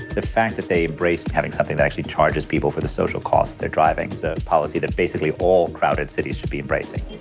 the fact that they embraced having something that actually charges people for the social cost of their driving is a policy that basically all crowded cities should be embracing.